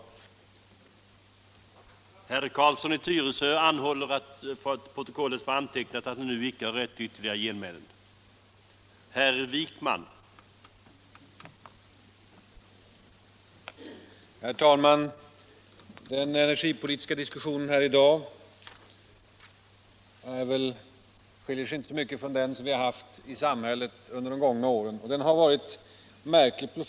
Torsdagen den